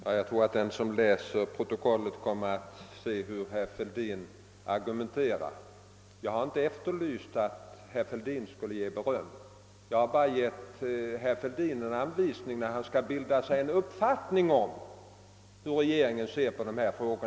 Herr talman! Den som läser protokollet från denna debatt kommer att se hur herr Fälldin argumenterar. Jag har inte efterlyst beröm från herr Fälldin, utan jag har bara gett herr Fälldin en anvisning om hur han skall kunna bilda sig en uppfattning om hur regeringen ser på dessa frågor.